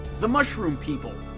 the mushroom people,